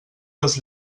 les